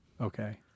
Okay